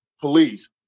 police